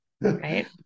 right